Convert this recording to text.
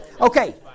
okay